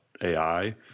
AI